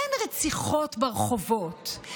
אין רציחות ברחובות,